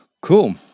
Cool